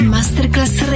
Masterclass